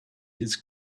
his